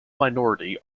minority